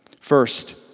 First